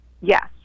Yes